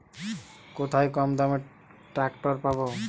কোথায় কমদামে ট্রাকটার পাব?